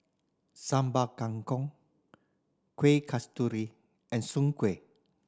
Sambal Kangkong Kuih Kasturi and soon kway